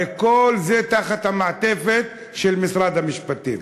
הרי כל זה תחת המעטפת של משרד המשפטים.